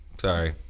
Sorry